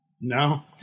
No